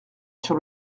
sur